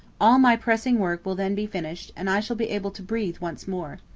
all my pressing work will then be finished, and i shall be able to breathe once more.